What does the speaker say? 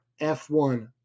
F1